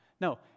no